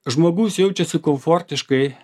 žmogus jaučiasi komfortiškai